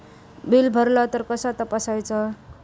Bill भरला तर कसा तपसायचा?